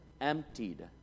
emptied